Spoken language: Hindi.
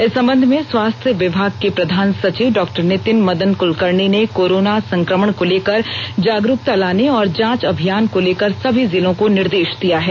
इस संबंध में स्वास्थ्य विभाग के प्रधान सचिव डॉ नितिन मदन कुलकर्णी ने कोरोना संकमण को लेकर जागरूकता लाने और जांच अभियान को लेकर सभी जिलों को निर्देश दिया है